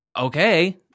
okay